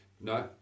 No